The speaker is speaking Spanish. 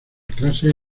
clases